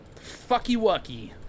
fucky-wucky